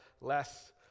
less